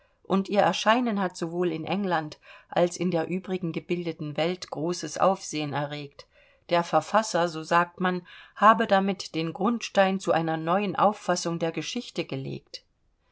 und ihr erscheinen hat sowohl in england als in der übrigen gebildeten welt großes aufsehen erregt der verfasser so sagt man habe damit den grundstein zu einer neuen auffassung der geschichte gelegt